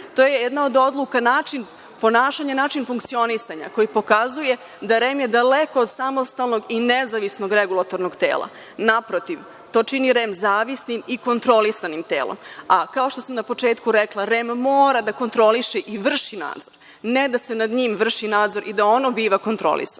To je jedna od odluka i način ponašanja, način funkcionisanja koja pokazuje da je REM daleko od samostalnog i nezavisnog regulatornog tela. Naprotiv, to čini REM zavisnim i kontrolisanim telom. Kao što sam na početku rekla, REM mora da kontroliše i vrši nadzor, ne da se nad njim vrši nadzor i da ono biva kontrolisano. Ponovićemo